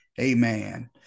amen